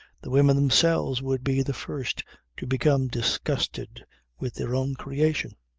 the women themselves would be the first to become disgusted with their own creation.